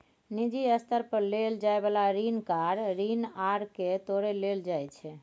निजी स्तर पर लेल जाइ बला ऋण कार ऋण आर के तौरे लेल जाइ छै